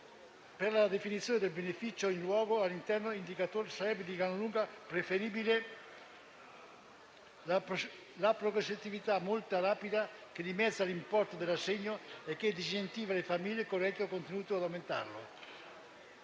per la definizione del beneficio in luogo dell'intero indicatore sarebbe di gran lunga preferibile. La progressività molto rapida, che dimezza l'importo dell'assegno, disincentiva le famiglie con reddito contenuto ad aumentarlo.